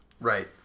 Right